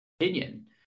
opinion